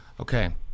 Okay